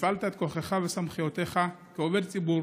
הפעלת את כוחך וסמכויותיך כעובד ציבור